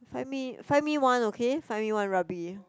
find me find me one okay find me one rugby